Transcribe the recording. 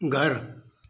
घरु